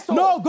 no